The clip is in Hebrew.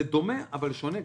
זה דומה אבל שונה,